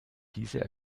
fiese